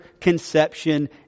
conception